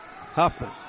Huffman